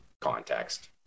context